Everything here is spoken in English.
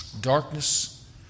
darkness